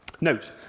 Note